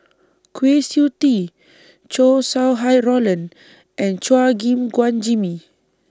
Kwa Siew Tee Chow Sau Hai Roland and Chua Gim Guan Jimmy